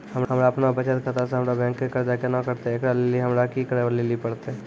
हमरा आपनौ बचत खाता से हमरौ बैंक के कर्जा केना कटतै ऐकरा लेली हमरा कि करै लेली परतै?